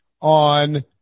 on